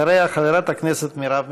אחריה, חברת הכנסת מרב מיכאלי.